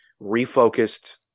refocused